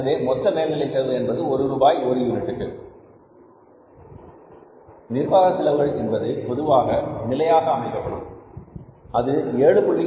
எனவே மொத்த மேல்நிலை செலவு என்பது ஒரு ரூபாய் ஒரு யூனிட்டுக்கு நிர்வாக செலவுகள் என்பது பொதுவாக நிலையாக அமைக்கப்படும் அது 0